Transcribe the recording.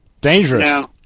Dangerous